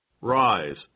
Rise